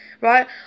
Right